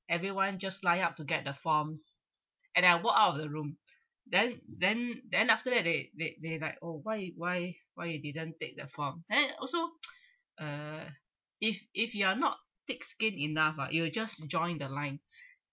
everyone just line up to get the forms and I walk out of the room then then then after that they they they like oh why why why you didn't take the form then it also uh if if you are not thick skinned enough ah you will just join the line